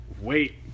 wait